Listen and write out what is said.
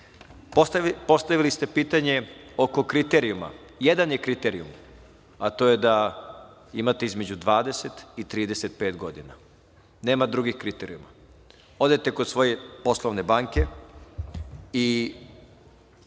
ste pitanje oko kriterijuma. Jedan je kriterijum, a to je da imate između 20 i 35 godina. Nema drugih kriterijuma. Odete kod svoje poslovne banke i